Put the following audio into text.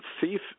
thief